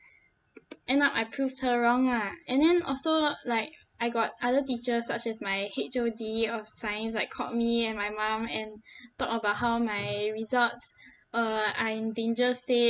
end up I proved her wrong lah and then also like I got other teachers such as my H_O_D of science like called me and my mum and talked about how my results uh are in danger state